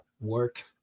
work